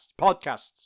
podcasts